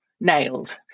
nailed